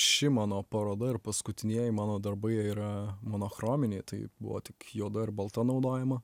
ši mano paroda ir paskutinieji mano darbai yra monochrominiai tai buvo tik juoda ir balta naudojama